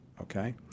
Okay